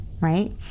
right